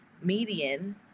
median